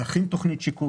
להכין תוכנית שיקום.